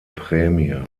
prämie